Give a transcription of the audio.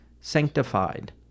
sanctified